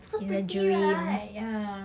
so pretty right ya